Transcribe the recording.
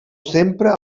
sempre